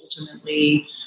ultimately